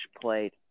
played